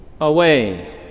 away